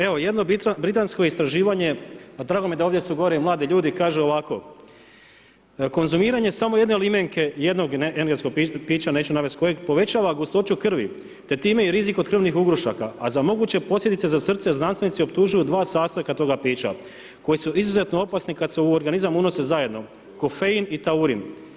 Evo, jedno britansko istraživanje a drago mi je da ovdje gore su i mladi ljudi, kaže ovako, konzumiranje samo jedne limenke, jednog energetskog pića, neću navesti kojeg, povećava gustoću krvi te time i rizik od krvnih ugrušaka a za moguće posljedice za srce znanstvenici optužuju dva sastojka toga pića koji su izuzetno opasni kada se u organizam unose zajedno, kofein i taurin.